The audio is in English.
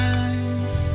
eyes